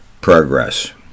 progress